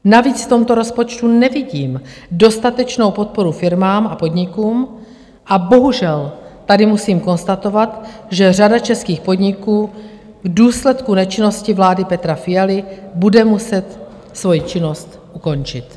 Navíc v tomto rozpočtu nevidím dostatečnou podporu firmám a podnikům a bohužel tady musím konstatovat, že řada českých podniků v důsledku nečinnosti vlády Petra Fialy bude muset svou činnost ukončit.